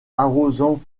arrosant